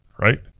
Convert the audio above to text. right